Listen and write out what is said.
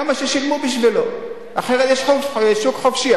כמה ששילמו בשבילם, יש שוק חופשי.